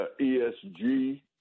ESG